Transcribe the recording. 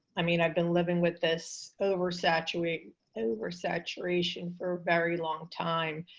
i mean, i've been living with this oversaturate oversaturation for very long time.